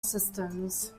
systems